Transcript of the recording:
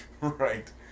Right